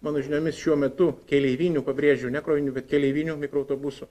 mano žiniomis šiuo metu keleivinių pabrėžiu ne krovininių bet keleivinių mikroautobusų